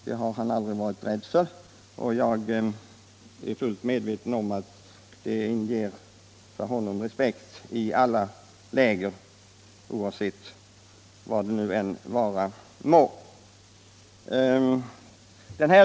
Det har han aldrig varit rädd för, och det inger respekt för honom i alla läger.